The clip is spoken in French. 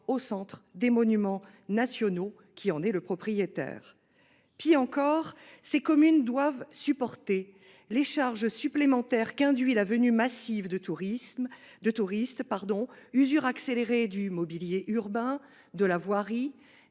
au Centre des monuments nationaux (CMN), qui en est le propriétaire. Pis encore, ces communes doivent supporter les charges supplémentaires qu’induit la venue massive de touristes : usure accélérée du mobilier urbain et de la voirie